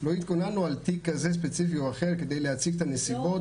לא התכוננו על תיק ספציפי כזה או אחר כדי להציג את הנסיבות.